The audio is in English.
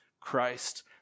Christ